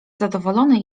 zadowolony